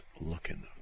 looking